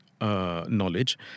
knowledge